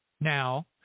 now